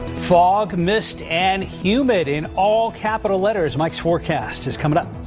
fog mist and humid in all capital letters mike's forecast is coming up.